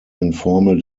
informal